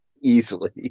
easily